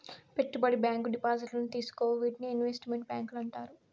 పెట్టుబడి బ్యాంకు డిపాజిట్లను తీసుకోవు వీటినే ఇన్వెస్ట్ మెంట్ బ్యాంకులు అంటారు